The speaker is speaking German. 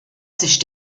sich